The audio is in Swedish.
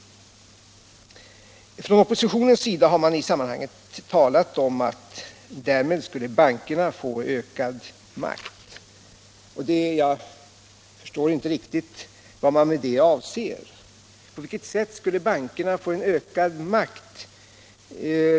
Från oppositionens sida har hävdats att därmed skulle bankerna få ökad makt. Jag förstår inte riktigt vad man avser med det. På vilket sätt skulle bankerna få ökad makt?